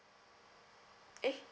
eh